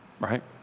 right